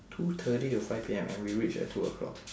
two thirty to five P_M and we reached at two o'clock